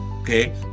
Okay